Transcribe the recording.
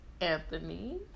Anthony